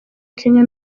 kenya